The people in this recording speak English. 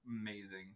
amazing